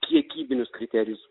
kiekybinius kriterijus